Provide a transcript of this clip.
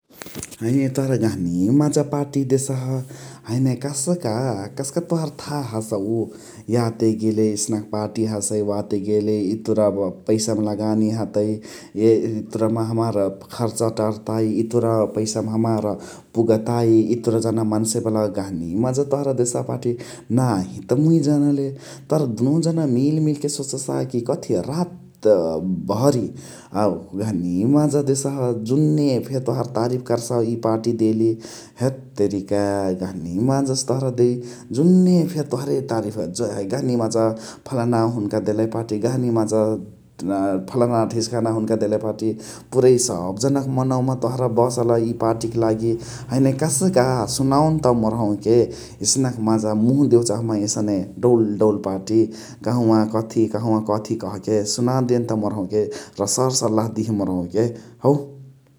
हैने तोहरा जहनी माजा पाटी देसह । हैने कस्का कस्का तोहार थाह हसउ याते गेले एस्नक पाटी हसइ वाते गेले इतुरा पइसा मा लगानी हतइ । इतुरा मा हमार खर्च टर्तइ इतुरा पइसा मा हमार पुगताइ इतुरा जाना मन्से बलाउ के । जहाँनी माजा तोहरा देसहा पाटी नाही त मुइ जनले तोहरा दुनु जना मिल मिल के सोच साहा कि कथी । रात भरी जहनी माजा देसह जुन फेरी तोहार तरिफ कर्सउ इ पाटी देली । हइतेरी का जहनी माज से तोहरा देइ । जुन फेरी तोहरे तारिफ जहनी माजा फलनावा हुनुका देले पाटी जहनी माजा फलनावा डिस्कनवा देले पाटी । पुरइ सब जना क मनवा मा बसला इ पाटी क लागी हैने कसका सुनाउन्ता मोरहु के एसनक माजा मुहु देवे चह्बही एसने डउल डउल पाटी कहावा कथी कहावा कथी कह के सुना देन्त मोरहु के र सर्सलाह दिहे मोरहु के हउ ।